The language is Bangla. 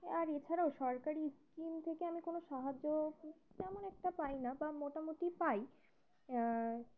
আর এছাড়াও সরকারি স্কিম থেকে আমি কোনো সাহায্য তেমন একটা পাই না বা মোটামুটি পাই